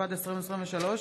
התשפ"ד 2023,